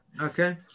Okay